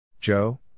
Joe